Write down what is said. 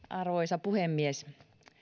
arvoisa puhemies